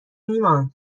ایمان